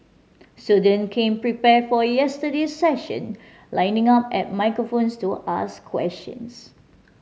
student came prepared for yesterday's session lining up at microphones to ask questions